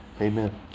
Amen